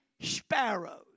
sparrows